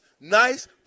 nice